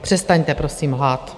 Přestaňte prosím lhát.